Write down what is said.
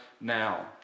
now